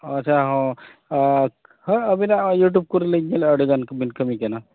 ᱟᱪᱪᱷᱟ ᱦᱮᱸ ᱟᱵᱤᱱᱟᱜ ᱤᱭᱩᱴᱩᱵᱽ ᱠᱚᱨᱮᱞᱤᱧ ᱧᱮᱞᱟ ᱟᱹᱰᱤᱜᱟᱱ ᱵᱤᱱ ᱠᱟᱹᱢᱤ ᱠᱟᱱᱟ